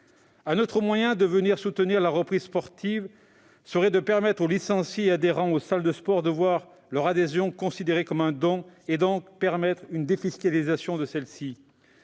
Un autre moyen de soutenir la reprise sportive serait de permettre aux licenciés et adhérents des salles de sport de voir leur adhésion considérée comme un don ouvrant droit à une défiscalisation. Cette